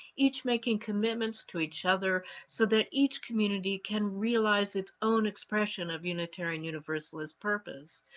each making commitments to each other so that each community can realize its own expression of unitarian universalist purpose?